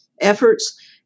efforts